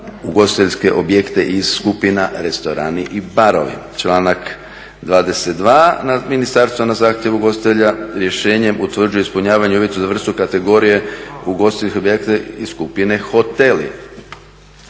ugostiteljske objekte iz skupina restorani i barovi." Članak 22. "Ministarstvo na zahtjev ugostitelja rješenjem utvrđuje ispunjavanje uvjeta za vrstu kategorije ugostiteljskog objekta iz skupine hoteli."